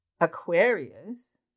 Aquarius